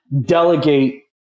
delegate